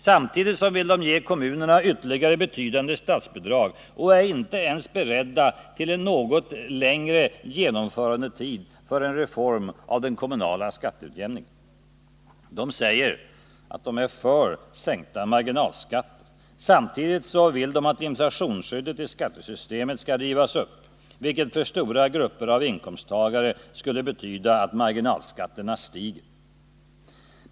Samtidigt vill de ge kommunerna ytterligare betydande statsbidrag och är inte ens beredda till en något längre genomförandetid för en reform av den kommunala skatteutjämningen. De säger att de är för sänkta marginalskatter. Samtidigt vill de att inflationsskyddet i skattesystemet skall rivas upp, vilket för stora grupper av inkomsttagare skulle betyda att marginalskatterna stiger.